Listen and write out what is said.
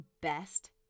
best